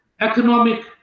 Economic